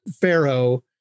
Pharaoh